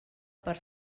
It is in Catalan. per